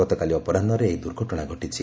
ଗତକାଲି ଅପରାହ୍କରେ ଏହି ଦୁର୍ଘଟଣା ଘଟିଛି